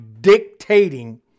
dictating